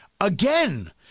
Again